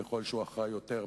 ככל שהוא אחראי יותר,